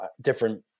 different